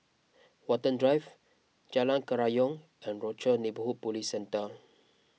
Watten Drive Jalan Kerayong and Rochor Neighborhood Police Centre